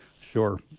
Sure